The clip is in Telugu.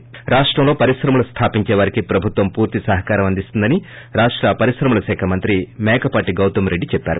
ి రాష్టంలో పరిశ్రమలు స్లాపించే వారికి ప్రభుత్వం పూర్తి సహకారం అందిస్తుందని పరిశ్రమల శాఖ మంత్రి మేకపాటి గౌతమ్రెడ్డి చెప్పారు